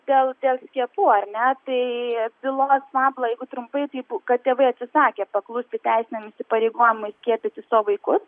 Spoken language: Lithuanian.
dėl dėl skiepų ar ne tai bylos fabula jeigu trumpai tai kad tėvai atsisakė paklusti teisiniam įsipareigojimui skiepyti savo vaikus